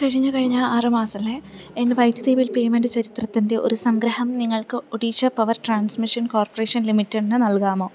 കഴിഞ്ഞ ആറ് മാസത്തിലെ എൻ്റെ വൈദ്യുതി ബിൽ പേയ്മെൻ്റ് ചരിത്രത്തിൻ്റെ ഒരു സംഗ്രഹം നിങ്ങൾക്ക് ഒഡീഷ പവർ ട്രാൻസ്മിഷൻ കോർപ്പറേഷൻ ലിമിറ്റഡിന് നൽകാമോ